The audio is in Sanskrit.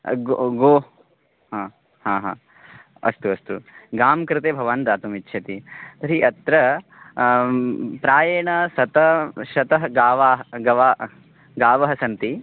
ग् गो अस्तु अस्तु गां कृते भवान् दातुमिच्छति तर्हि अत्र प्रायेण शत शतगावाः गावः गावः सन्ति